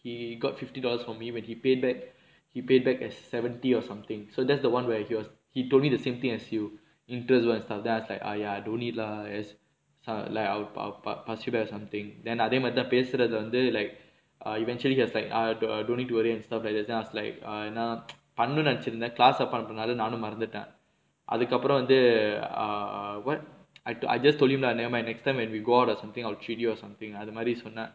he got fifty dollars for me when he paid back he paid back seventy or something so that's the one where he was he told me the same thing as you interest [one] then I was like don't need lah err பசிக்குது:pasikkuthu or something then அதே மாரி தான் பேசுறது வந்து:athae maari thaan paesurathu vanthu like eventually he was like don't need to worry ஏன்னா:yaeenaa நினைச்சிருந்தேன்:ninaichirunthaen class அப்ப அனுப்புனனால நானும் மறந்துட்டேன் அதுக்கு அப்புறம் வந்து:appa anuppunanaala naanum maranthuttaen athukku appuram vanthu ah what I just told him like next time when we go out I treat him or something அதுமாரி சொன்ன:athumaari sonna